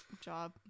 job